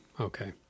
Okay